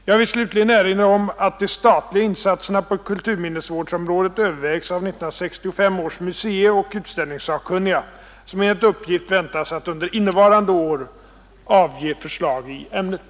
Jag vill slutligen erinra om att de statliga insatserna på kulturminnesvårdsområdet övervägs av 1965 års museioch utställningssakkunniga, som enligt uppgift väntas under innevarande år avge förslag i ämnet.